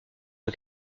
une